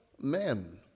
men